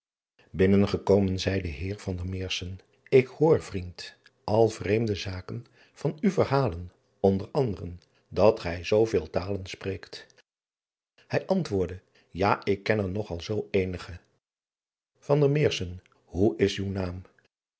innen gekomen zeî de eer k hoor vriend al vreemde zaken van u verhalen onder anderen dat gij zooveel talen spreekt ij antwoordde a ik ken er nog al zoo eenige oe is uw naam